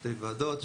שתי ועדות,